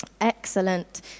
Excellent